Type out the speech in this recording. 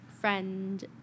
friend